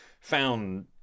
found